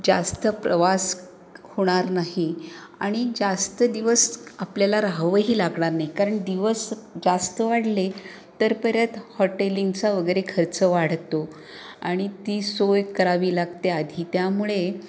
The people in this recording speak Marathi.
जास्त प्रवास होणार नाही आणि जास्त दिवस आपल्याला राहावंही लागणार नाही कारण दिवस जास्त वाढले तर परत हॉटेलिंगचा वगैरे खर्च वाढतो आणि ती सोय करावी लागते आधी त्यामुळे